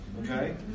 okay